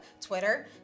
Twitter